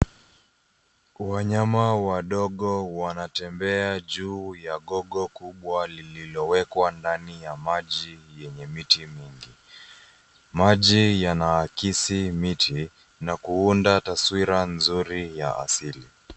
Wanyama wadogo wanatembea juu ya gogo kubwa lililowekwa ndani ya maji yenye miti mingi. Maji yanaakisi miti na kuunda taswira nzuri ya asili.